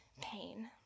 pain